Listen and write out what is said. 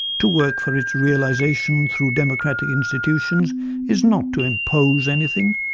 to work for its realisation through democratic institutions is not to impose anything,